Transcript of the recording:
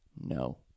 No